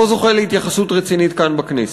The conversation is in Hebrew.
לא זוכה להתייחסות רצינית כאן בכנסת,